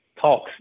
talks